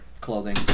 Clothing